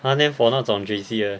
ha then for 那种 J_C 的 leh